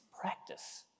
practice